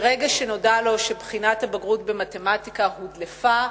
מהרגע שנודע לו שבחינת הבגרות במתמטיקה הודלפה,